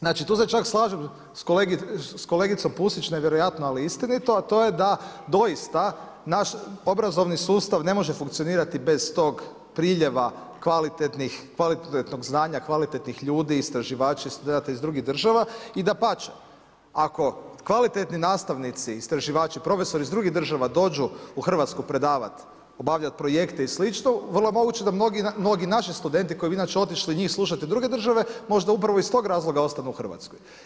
Znači tu se čak slažem s kolegicom Pusić, nevjerojatno ali istinito, a to je da doista naš obrazovni sustav ne može funkcionirati bez tog priljeva kvalitetnog znanja, kvalitetnih ljudi, istraživača, studenata iz drugih država i dapače, ako kvalitetni nastavnici, istraživači, profesori iz drugih država dođu u Hrvatsku predavati, obavljati projekte i sl., vrlo je moguće da mnogi naši studenti koji bi inače otišli njih slušati u druge države, možda upravo iz tog razloga ostanu u Hrvatskoj.